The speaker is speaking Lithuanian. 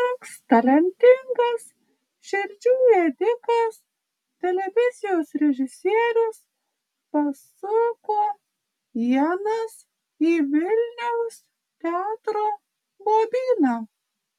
toks talentingas širdžių ėdikas televizijos režisierius pasuko ienas į vilniaus teatro bobyną